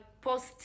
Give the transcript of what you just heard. post